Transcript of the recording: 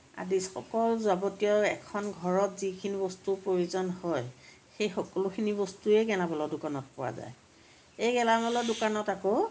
আদি সকলো যাৱতীয় এখন ঘৰত যিখিনি বস্তুৰ প্ৰয়োজন হয় সেই সকলোখিনি বস্তুৱেই গেলামালৰ দোকানত পোৱা যায় এই গেলামালৰ দোকানত আকৌ